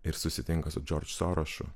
ir susitinka su džordž sorošu